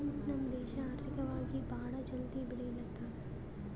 ನಮ್ ದೇಶ ಆರ್ಥಿಕವಾಗಿ ಭಾಳ ಜಲ್ದಿ ಬೆಳಿಲತ್ತದ್